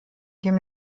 dem